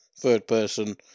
third-person